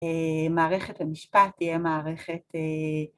מערכת המשפט תהיה מערכת...